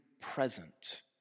present